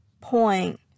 point